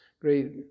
great